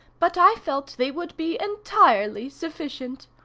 but i felt they would be entirely sufficient.